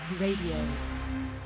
Radio